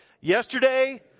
Yesterday